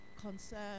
concern